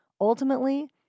ultimately